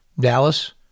Dallas